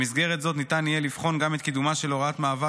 במסגרת זאת ניתן יהיה לבחון גם את קידומה של הוראת מעבר